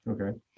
okay